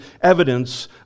evidence